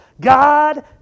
God